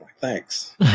thanks